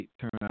turnout